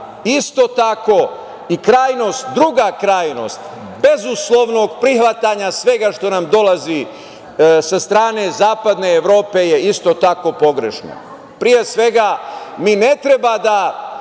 isto tako i krajnost, druga krajnost bezuslovnog prihvatanja svega što nam dolazi sa strane Zapadne Evrope je isto tako pogrešno. Mi ne treba da